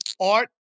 Art